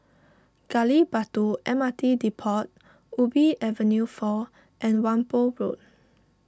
Gali Batu M R T Depot Ubi Avenue four and Whampoa Road